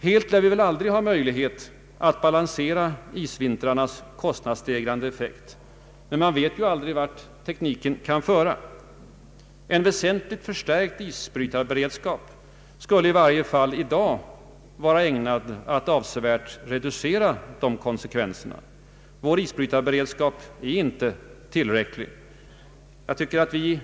Helt lär vi väl aldrig ha möjlighet att balansera isvintrarnas kostnadsstegrande effekt, men man vet ju aldrig vart tekniken kan föra. En väsentligt förstärkt isbrytarberedskap skulle i varje fall i dag vara ägnad att avsevärt reducera kostnadsstegringarna. Vår isbrytarberedskap har verkligen inte varit tillräcklig.